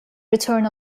return